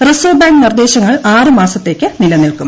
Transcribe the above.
reserve bank നിർദ്ദേശങ്ങൾ ആറ് മാസത്തേക്ക് നിലനിൽക്കും